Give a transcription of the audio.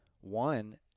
one